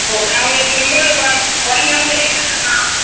ஓ அவங்களுக்கு ரொம்ப ஒ உடம்புலாம் பெயினாக இருக்காம்